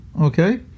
okay